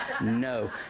no